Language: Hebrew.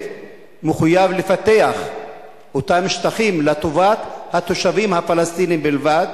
מחויב לפתח את אותם שטחים לטובת התושבים הפלסטינים בלבד?